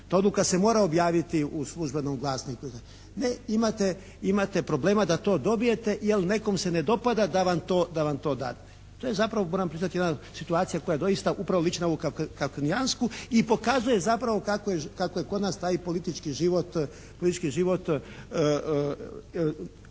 Ta odluka se mora objaviti u Službenom glasniku. Ne, imate problema da to dobijete jer nekom se ne dopada da vam to dadne. To je zapravo moram priznati jedna situacija koja je doista upravo liči na ovo kafkanijansku i pokazuje zapravo kako je kod nas taj politički život penetrira